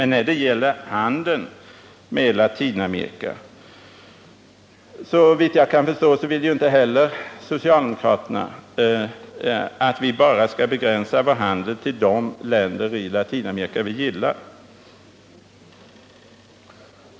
När det gäller handeln med Latinamerika vill inte heller socialdemokraterna, såvitt jag kan förstå, att vi skall begränsa vår handel till de länder som vi gillar.